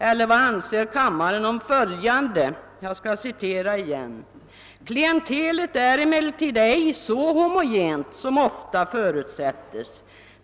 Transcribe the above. Eller vad anser kammarens ledamöter om följande: »Klientelet är emellertid ej så homogent som ofta förutsättes.